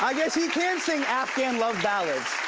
i guess he can sing afghan love ballads.